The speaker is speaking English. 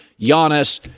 Giannis